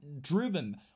driven